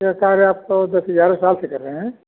यह कार्य आप तो दस साल से कर रहे हैं